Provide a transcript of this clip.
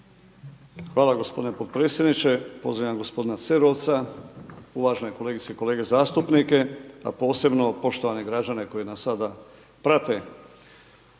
Hvala gospodine potpredsjedniče, pozdravljam gospodina Cerovca, uvažene kolegice i kolege zastupnike a posebno poštovane građane koji nas sada prate.